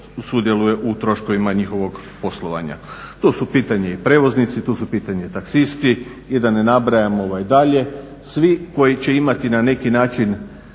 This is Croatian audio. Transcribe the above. sudjeluje u troškovima njihovog poslovanja. Tu su pitanje i prijevoznici, tu su pitanje taksisti i da ne nabrajam dalje, svi koji će imati na neki način